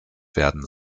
werden